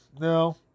No